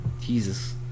Jesus